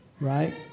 Right